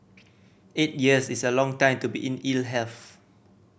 eight years is a long time to be in ill health